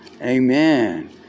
Amen